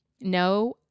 No